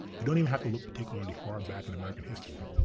you don't even have to look particularly far back in american history.